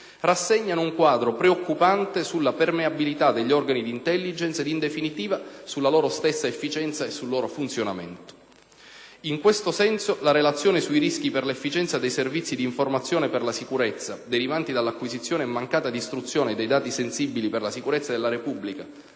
rassegnano un quadro preoccupante sulla permeabilità degli organi di *intelligence* ed in definitiva sulla loro stessa efficienza e sul loro funzionamento. In questo senso, la relazione sui rischi per l'efficienza dei Servizi di informazione per la sicurezza, derivanti dall'acquisizione e mancata distruzione dei dati sensibili per la sicurezza della Repubblica,